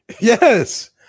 Yes